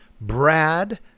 Brad